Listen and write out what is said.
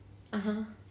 (uh huh)